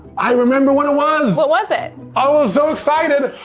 i remember when it was! what was it? i was so excited